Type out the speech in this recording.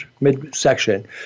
midsection –